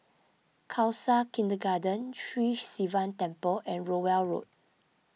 Khalsa Kindergarten Sri Sivan Temple and Rowell Road